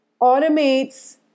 automates